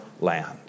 land